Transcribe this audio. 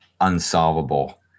unsolvable